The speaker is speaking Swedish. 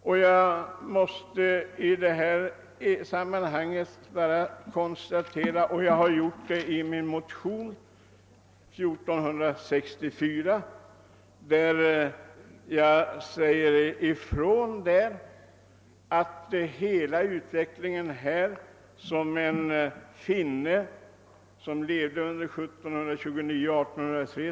Som jag gjort i min motion II: 1464 vill jag i detta sammanhang citera ett uttalande av en finne som levde 1729— 1823.